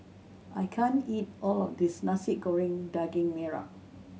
I can't eat all of this Nasi Goreng Daging Merah